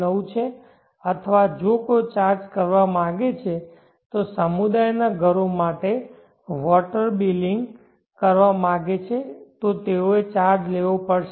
9 છે અથવા જો કોઈ ચાર્જ કરવા માંગે છે તો સમુદાયના ઘરો માટે વોટર બિલિંગ કરવા માંગે છે તો તેઓએ ચાર્જ લેવો પડશે